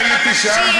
והנשים,